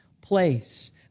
place